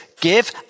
give